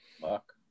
Fuck